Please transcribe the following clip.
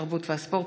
התרבות והספורט,